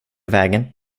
vägen